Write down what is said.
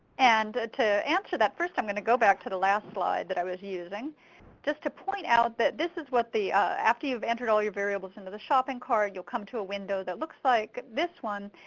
and to answer that, first im um going to go back to the last slide that i was using just to point out that this is what the after youve entered all your variables into the shopping cart, youll come to a window that looks like this one.